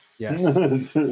Yes